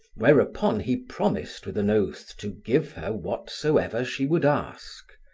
whereupon he promised with an oath to give her whatsoever she would ask.